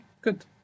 Good